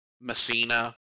Messina